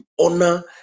honor